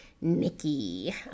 Nikki